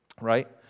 right